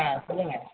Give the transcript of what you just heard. ஆ சொல்லுங்க